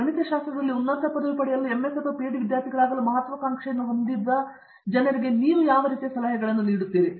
ಗಣಿತಶಾಸ್ತ್ರದಲ್ಲಿ ಉನ್ನತ ಪದವಿ ಪಡೆಯಲು ಎಂಎಸ್ ಮತ್ತು ಪಿಹೆಚ್ಡಿ ವಿದ್ಯಾರ್ಥಿಗಳಾಗಲು ಮಹತ್ವಾಕಾಂಕ್ಷೆಯನ್ನು ಹೊಂದಿದ ಜನರಿಗೆ ಯಾವ ರೀತಿಯ ಸಲಹೆಗಳನ್ನು ನೀಡುವುದು